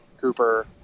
Cooper